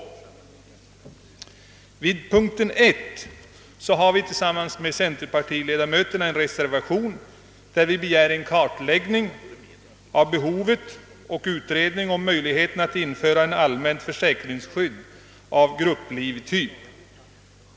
Vid punkten 1 har vi tillsammans med centerpartiets ledamöter avgivit en reservation, i vilken vi begärt en kartläggning av behovet och en utredning av möjligheterna att införa ett allmänt försäkringsskydd av grupplivtyp.